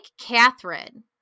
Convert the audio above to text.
Catherine